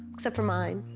except for mine.